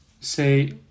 say